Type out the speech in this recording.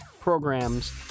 programs